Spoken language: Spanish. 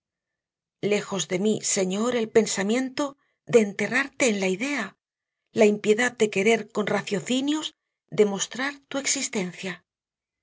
lejos de mí señor el pensamiento de enterrarte en la idea la impiedad de querer con raciocinios demostrar tu existencia